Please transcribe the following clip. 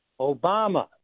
Obama